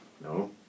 No